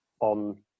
on